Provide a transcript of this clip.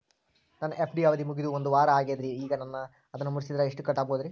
ನನ್ನ ಎಫ್.ಡಿ ಅವಧಿ ಮುಗಿದು ಒಂದವಾರ ಆಗೇದ್ರಿ ಈಗ ಅದನ್ನ ಮುರಿಸಿದ್ರ ಎಷ್ಟ ಕಟ್ ಆಗ್ಬೋದ್ರಿ?